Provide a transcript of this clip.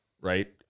right